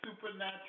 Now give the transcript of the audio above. supernatural